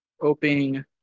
Hoping